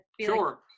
sure